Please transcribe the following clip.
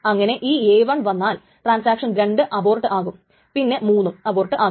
അങ്ങനെ ഈ A1 വന്നാൽ ട്രാൻസാക്ഷൻ 2 അബോർട്ട് ആകും പിന്നെ 3 ഉം അബോർട്ട് ആകും